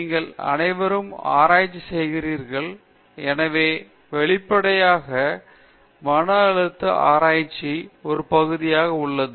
நீங்கள் அனைவரும் ஆராய்ச்சி செய்கிறீர்கள் எனவே வெளிப்படையாக மன அழுத்தம் ஆராய்ச்சி ஒரு பகுதியாக உள்ளது